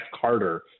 Carter